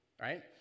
right